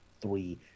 three